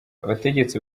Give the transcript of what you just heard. abategetsi